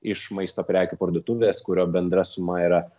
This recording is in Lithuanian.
iš maisto prekių parduotuvės kurio bendra suma yra